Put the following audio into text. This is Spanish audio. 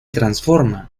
transforma